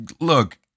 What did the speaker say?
Look